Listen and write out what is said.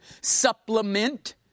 supplement